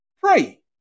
pray